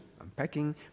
unpacking